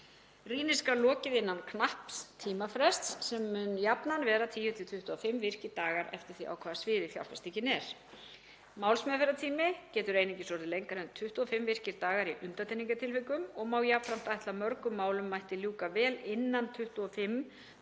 Rýni skal lokið innan knapps tímafrests sem mun jafnan vera 10–25 virkir dagar eftir því á hvaða sviði fjárfestingin er. Málsmeðferðartími getur einungis orðið lengri en 25 virkir dagar í undantekningartilvikum og má jafnframt ætla að mörgum málum mætti ljúka vel innan 25 daga